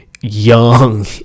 young